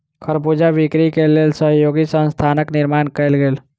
खरबूजा बिक्री के लेल सहयोगी संस्थानक निर्माण कयल गेल